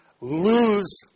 lose